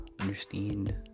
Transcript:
understand